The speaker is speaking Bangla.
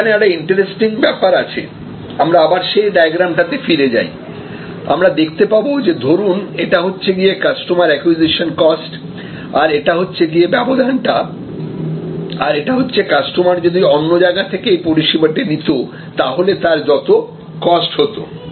এখানে একটা ইন্টারেস্টিং ব্যাপার আছে আমরা আবার সেই ডায়াগ্রাম টাতে ফিরে যাই আমরা দেখতে পাবো যে ধরুন এটা হচ্ছে গিয়ে কাস্টমার অ্যাকুইজিশন কস্ট আর এটা হচ্ছে গিয়ে ব্যবধানটা আর এটা হচ্ছে কাস্টমার যদি অন্য জায়গা থেকে এই পরিষেবাটি নিত তাহলে তার যত কস্ট হতো